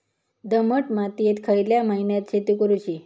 दमट मातयेत खयल्या महिन्यात शेती करुची?